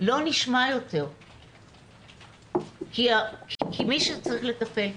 לא נשמע יותר כי צריך לטפל,